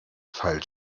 falsch